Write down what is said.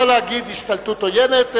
לא להגיד השתלטות עוינת,